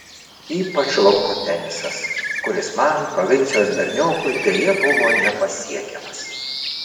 ypač lauko tenisas kuris man provincijos berniokui deja buvo nepasiekiamas